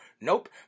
Nope